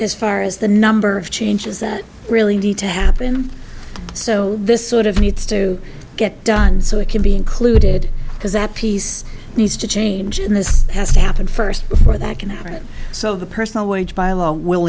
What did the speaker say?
as far as the number of changes that really need to happen so this sort of needs to get done so it can be included because that piece needs to change and this has to happen first before that can happen so the personal wage byelaw will